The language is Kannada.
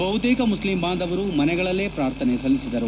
ಬಹುತೇಕ ಮುಸ್ಲಿಂ ಬಾಂಧವರು ಮನೆಗಳಲ್ಲೇ ಪ್ರಾರ್ಥನೆ ಸಲ್ಲಿಸಿದರು